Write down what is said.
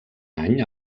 any